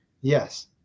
Yes